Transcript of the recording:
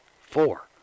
four